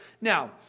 Now